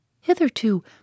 Hitherto